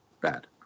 bad